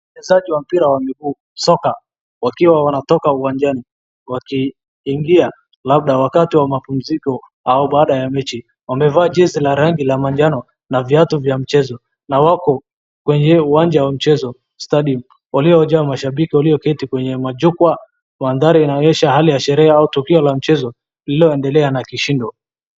Wachezaji wa mpira wa miguu, soka wakiwa wanatoka uwanjani wakiingia labda wakati wa mapumziko au baada ya mechi. Wamevaa jezi la rangi la majano na viatu vya mchezo na wako kwenye uwanja wa michezo, stadium ulionjaa mashambiki walioketi kwenye majukwaa. Mandhari inaonyesha hali ya sherehe au tukio la mchezo lilioendelea na kishindo.